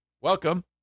Welcome